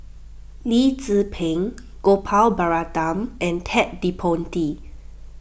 Lee Tzu Pheng Gopal Baratham and Ted De Ponti